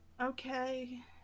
Okay